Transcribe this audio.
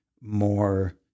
more